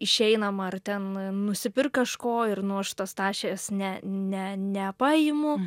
išeinam ar ten nusipirk kažko ir nu aš tos tašė ne ne nepaimu